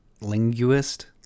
linguist